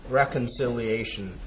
reconciliation